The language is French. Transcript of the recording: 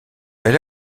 elle